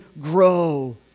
grow